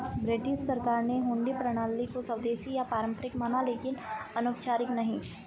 British सरकार ने हुंडी प्रणाली को स्वदेशी या पारंपरिक माना लेकिन अनौपचारिक नहीं